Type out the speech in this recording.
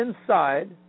inside